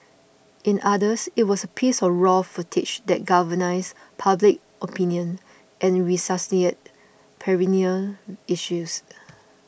in others it was a piece of raw footage that galvanised public opinion and resuscitated perennial issues